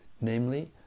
namely